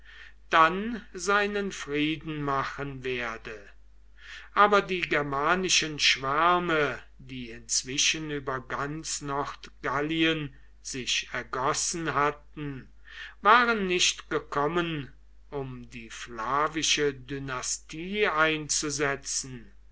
dann seinen frieden machen werde aber die germanischen schwärme die inzwischen über ganz nordgallien sich ergossen hatten waren nicht gekommen um die flavische dynastie einzusetzen